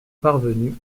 parvenus